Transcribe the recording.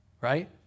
Right